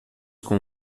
com